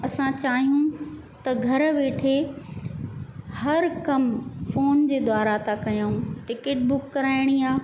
असां चाहियूं त घर वेठे हर कम फोन जे द्वारा था कयूं टिकेट बुक कराइणी आहे